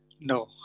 No